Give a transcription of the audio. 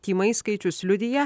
tymais skaičius liudija